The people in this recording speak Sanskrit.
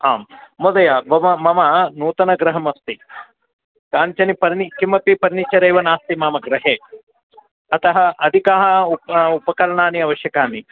आं महोदय मम मम नूतनगृहमस्ति काञ्चनि पर्नि किमपि फ़र्निचर् एव नास्ति मम गृहे अतः अधिकाः उ उपकरणानि आवश्यकानि